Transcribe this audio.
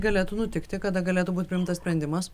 galėtų nutikti kada galėtų būt priimtas sprendimas